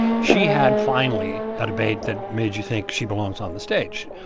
she had finally a debate that made you think she belongs on the stage.